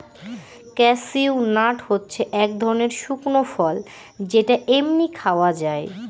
cashew nut হচ্ছে এক ধরনের শুকনো ফল যেটা এমনি খাওয়া যায়